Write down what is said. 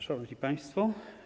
Szanowni Państwo!